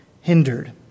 hindered